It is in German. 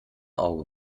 auge